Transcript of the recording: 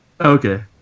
Okay